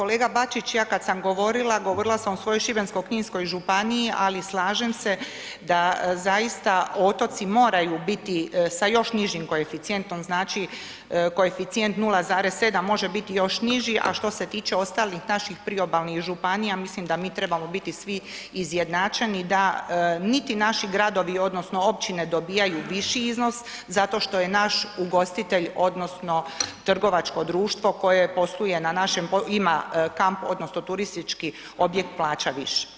Pa kolega Bačić, ja kad sam govorila govorila sam o svojoj Šibensko-kninskoj županiji, ali slažem se da zaista otoci moraju biti sa još nižim koeficijentom, znači koeficijent 0,7 može biti još niži, a što se tiče ostalih naših priobalnih županija, mislim da mi trebamo biti svi izjednačeni, da niti naši gradovi odnosno općine dobijaju viši iznos zato što je naš ugostitelj odnosno trgovačko društvo koje posluje na našem području, ima kamp odnosno turistički objekt, plaća više.